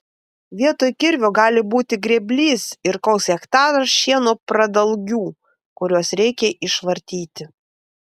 vietoj kirvio gali būti grėblys ir koks hektaras šieno pradalgių kuriuos reikia išvartyti